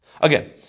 again